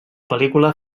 pel·lícula